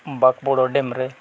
ᱵᱟᱠᱵᱚᱲ ᱰᱮᱢ ᱨᱮ